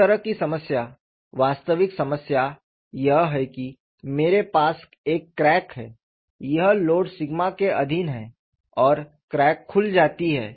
इस तरह की समस्या वास्तविक समस्या यह है कि मेरे पास एक क्रैक है यह लोड सिग्मा के अधीन है और क्रैक खुल जाती है